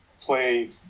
play